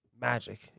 magic